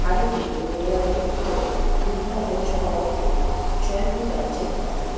হাডোটি এবং মেওয়ারের উত্তরে ধুন্ধর অঞ্চলে অবস্থিত জয়পুর রাজ্যের রাজধানী